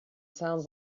sounds